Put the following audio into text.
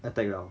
attack liao